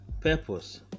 purpose